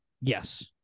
Yes